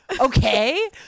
okay